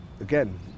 again